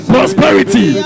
Prosperity